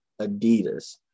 Adidas